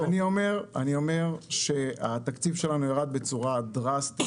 אני אומר שהתקציב שלנו ירד בצורה דרסטית,